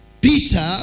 Peter